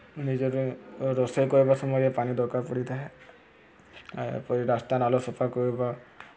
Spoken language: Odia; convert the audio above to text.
ନିଜର ରୋଷେଇ କରିବା ସମୟରେ ପାଣି ଦରକାର ପଡ଼ିଥାଏ ଏପରି ରାସ୍ତା ନାଳ ସଫା କରିବା